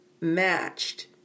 matched